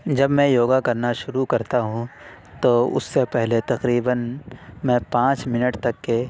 جب میں یوگا کرنا شروع کرتا ہوں تو اُس سے پہلے تقریباً میں پانچ منٹ تک کے